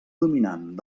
dominant